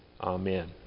Amen